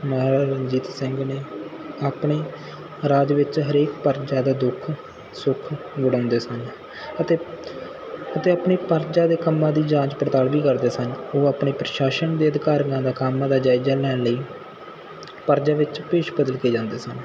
ਮਹਾਰਾਜਾ ਰਣਜੀਤ ਸਿੰਘ ਨੇ ਆਪਣੇ ਰਾਜ ਵਿੱਚ ਹਰੇਕ ਪਰਜਾ ਦਾ ਦੁੱਖ ਸੁੱਖ ਵੰਡਾਉਂਦੇ ਸਨ ਅਤੇ ਅਤੇ ਆਪਣੀ ਪਰਜਾ ਦੇ ਕੰਮਾਂ ਦੀ ਜਾਂਚ ਪੜਤਾਲ ਵੀ ਕਰਦੇ ਸਨ ਉਹ ਆਪਣੇ ਪ੍ਰਸ਼ਾਸਨ ਦੇ ਅਧਿਕਾਰੀਆਂ ਦਾ ਕੰਮ ਦਾ ਜਾਇਜ਼ਾ ਲੈਣ ਲਈ ਪਰਜਾ ਵਿੱਚ ਭੇਸ਼ ਬਦਲ ਕੇ ਜਾਂਦੇ ਸਨ